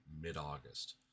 mid-August